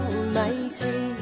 Almighty